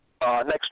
Next